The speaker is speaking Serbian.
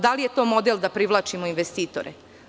Da li je to model da privlačimo investitore?